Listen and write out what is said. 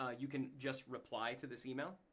ah you can just reply to this email.